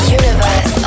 universe